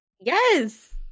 Yes